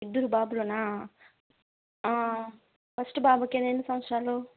ఇద్దరు బాబులేనా ఫస్ట్ బాబుకి ఎన్ని సంవత్సరాలు